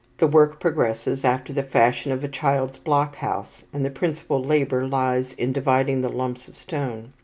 the work progresses after the fashion of a child's block house, and the principal labour lies in dividing the lumps of stone.